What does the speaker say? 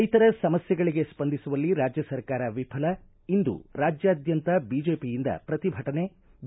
ರೈತರ ಸಮಸ್ಥೆಗಳಿಗೆ ಸ್ವಂದಿಸುವಲ್ಲಿ ರಾಜ್ಯ ಸರ್ಕಾರ ವಿಫಲ ಇಂದು ರಾಜ್ಯಾದ್ಯಂತ ಬಿಜೆಪಿಯಿಂದ ಪ್ರತಿಭಟನೆ ಬಿ